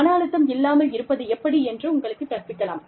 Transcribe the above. மன அழுத்தம் இல்லாமல் இருப்பது எப்படி என்று உங்களுக்குக் கற்பிக்கலாம்